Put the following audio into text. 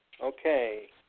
Okay